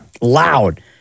Loud